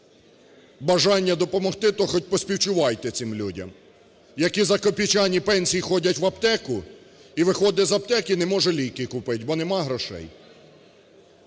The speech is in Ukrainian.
бажання допомогти, то хоч поспівчувайте цим людям, які за копійчані пенсії ходять в аптеку і виходить з аптеки, не може ліки купити, бо нема грошей.